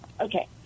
Okay